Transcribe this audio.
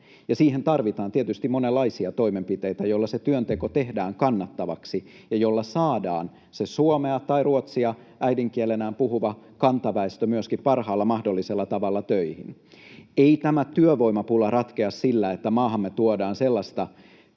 siihen tarvitaan tietysti monenlaisia toimenpiteitä, joilla se työnteko tehdään kannattavaksi ja joilla saadaan se suomea tai ruotsia äidinkielenään puhuva kantaväestö myöskin parhaalla mahdollisella tavalla töihin. Ei tämä työvoimapula ratkea sillä, että maahamme tuodaan sellaista